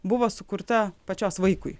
buvo sukurta pačios vaikui